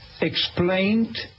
explained